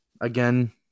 again